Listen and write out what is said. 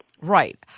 Right